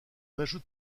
ajoute